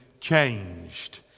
changed